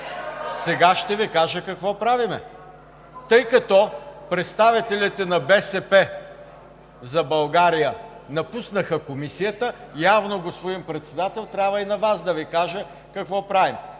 Сега ще Ви кажа какво правим, тъй като представителите на „БСП за България“ напуснаха Комисията, явно, господин Председател, трябва и на Вас да Ви кажа какво правим